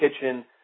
kitchen